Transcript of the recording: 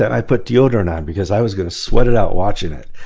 i put deodorant on because i was gonna sweat it out watching it.